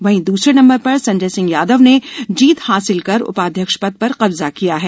वहीं दूसरे नंबर पर संजय सिंह यादव ने जीत हासिल कर उपाध्यक्ष पद पर कब्जा किया है